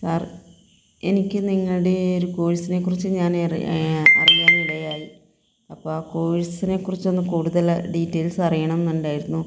sir എനിക്ക് നിങ്ങളുടെ ഒരു കോഴ്സിനെക്കുറിച്ച് ഞാനറിയ അറിയാനിടയായി അപ്പം ആ കോഴ്സിനെക്കുറിച്ചൊന്ന് കൂടുതൽ ഡീറ്റെയിൽസ് അറിയണം എന്നുണ്ടായിരുന്നു